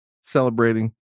celebrating